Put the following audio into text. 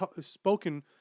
spoken